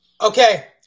Okay